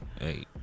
Hey